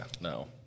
no